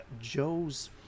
joe's